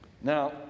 Now